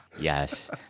Yes